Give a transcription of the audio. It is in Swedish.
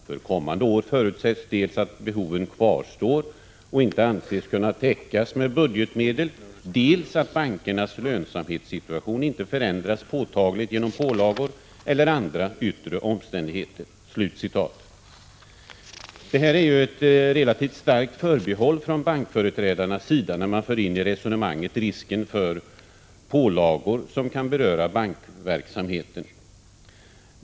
För kommande år förutsätts dels att behoven kvarstår och inte anses kunna täckas med budgetmedel, dels att bankernas lönsamhetssituation inte Det är ju ett relativt starkt förbehåll från bankföreträdarnas sida när man — 20 maj 1987 för in i resonemanget risken för pålagor som kan beröra bankverksamheten.